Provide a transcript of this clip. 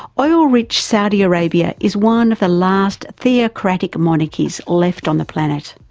oil-rich saudi arabia is one of the last theocratic monarchies left on the planet.